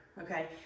okay